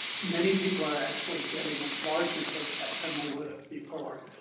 many people are actually getting a larger paycheck than they would have before.